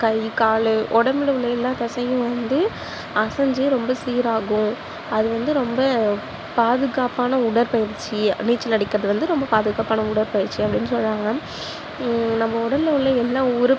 கை கால் உடம்புல உள்ள எல்லா தசையும் வந்து அசைஞ்சு ரொம்ப சீராகும் அது வந்து ரொம்ப பாதுகாப்பான உடற்பயிற்சி நீச்சல் அடிக்கிறது வந்து ரொம்ப பாதுகாப்பான உடற்பயிற்சி அப்படினு சொல்கிறாங்க நம்ம உடலில் உள்ள எல்லா உறுப்பு